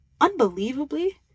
unbelievably